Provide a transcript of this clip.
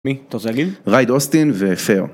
מי? אתה רוצה להגיד? רייד אוסטין ופר.